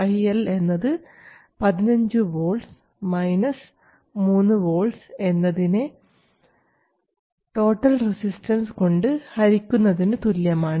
IL എന്നത് 15 volts 3 volts എന്നതിനെ total resistance കൊണ്ട് ഹരിക്കുന്നതിന് തുല്യമാണ്